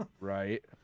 Right